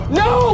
no